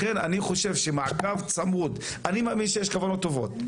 אני מאמין שיש כוונות טובות,